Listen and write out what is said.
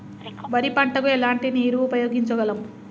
వరి పంట కు ఎలాంటి నీరు ఉపయోగించగలం?